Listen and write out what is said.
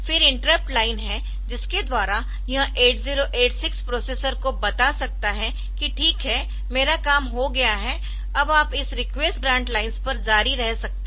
फिर interrupt line है जिसके द्वारा यह 8086 प्रोसेसर को बता सकता है कि ठीक है मेरा काम हो गया है अब आप इस रिक्वेस्ट ग्रान्ट लाइन्स पर जारी रह सकते है